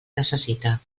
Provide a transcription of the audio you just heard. necessita